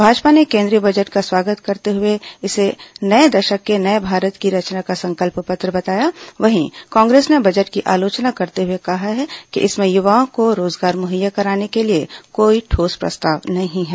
भाजपा ने केंद्रीय बजट का स्वागत करते हुए इसे नए दशक के नए भारत की रचना का संकल्प पत्र बताया वहीं कांग्रेस ने बजट की आलोचना करते हुए कहा कि इसमें युवाओं को रोजगार मुहैया कराने के लिए कोई ढोस प्रस्ताव नहीं है